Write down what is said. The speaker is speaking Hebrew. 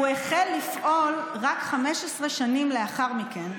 הוא החל לפעול רק 15 שנה לאחר מכן,